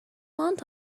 want